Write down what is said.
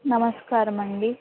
నమస్కారమండి